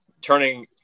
turning